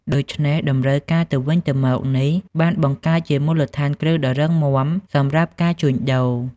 ដូច្នេះ តម្រូវការទៅវិញទៅមកនេះបានបង្កើតជាមូលដ្ឋានគ្រឹះដ៏រឹងមាំសម្រាប់ការជួញដូរ។